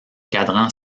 cadran